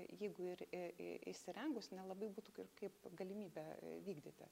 jeigu ir i i įsirengus nelabai būtų kaip galimybę a vykdyti